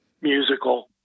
musical